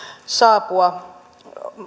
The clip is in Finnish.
saapua